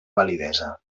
validesa